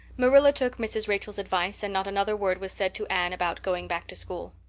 marilla took mrs. rachel's advice and not another word was said to anne about going back to school.